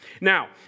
Now